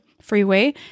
freeway